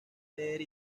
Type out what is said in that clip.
leer